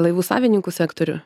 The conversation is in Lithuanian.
laivų savininkų sektorių